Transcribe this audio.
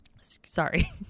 Sorry